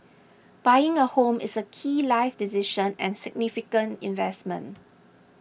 buying a home is a key life decision and significant investment